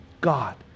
God